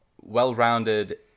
well-rounded